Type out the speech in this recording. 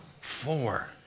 Four